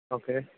okay